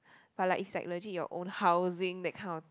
but like is like legit your own housing that kind of thing